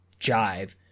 jive